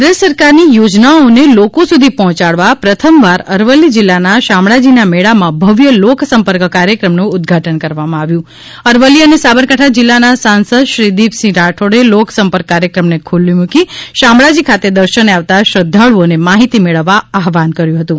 કેન્દ્ર સરકારની યોજનાઓને લોકો સુધી પહોંચાડવા પ્રથમવાર અરવલ્લી જિલ્લાના શામળાજીના મેળામાં ભવ્ય લોકસંપર્ક કાર્યક્રમનું ઉદ્વાટન કરવામાં આવ્યું અરવલ્લી અને સાબરકાંઠા જિલ્લાના સાંસદ શ્રી દીપસિંહ રાઠોડે લોકસંપર્ક કાર્યક્રમને ખુલ્લી મુકી શામળાજી ખાતે દર્શને આવતા શ્રદ્ધાળુઓને માહિતી મેળવવા આહવાહન કર્યું હતું